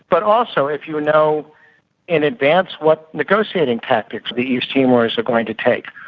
but also if you know in advance what negotiating tactics the east timorese are going to take.